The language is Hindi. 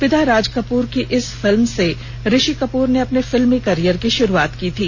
पिता राज कपूर की इस फिल्म से ऋषि कपूर ने अपने फिल्मी करियर की शुरुआत की थी